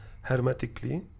hermetically